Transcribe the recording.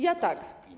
Ja tak.